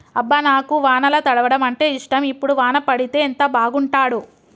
అబ్బ నాకు వానల తడవడం అంటేఇష్టం ఇప్పుడు వాన పడితే ఎంత బాగుంటాడో